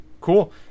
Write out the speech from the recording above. Cool